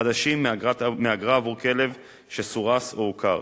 חדשים מהאגרה עבור כלב שסורס ועוקר.